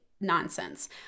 nonsense